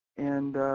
and